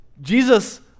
Jesus